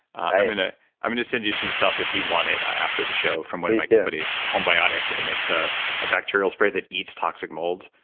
i'm going ah to and send you some stuff if you want it after the show from one of my companies homebiotic, it makes a bacterial spray that eats toxic mold.